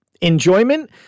enjoyment